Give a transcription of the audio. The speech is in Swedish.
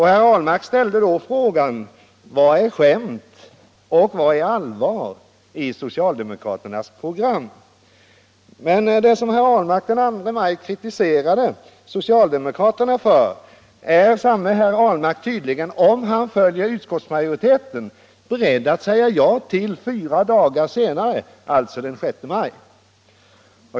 Herr Ahlmark ställde frågan: Vad är skämt och vad är allvar i socialdemokraternas program? Det som herr Ahlmark den 2 maj kritiserade socialdemokraterna för är samme herr Ahlmark tydligen — om han följer utskottsmajoriteten — beredd att säga ja till i dag, fyra dagar senare.